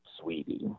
sweetie